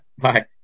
Bye